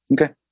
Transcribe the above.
Okay